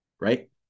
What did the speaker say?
right